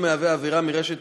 להעביר את